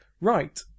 right